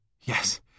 Yes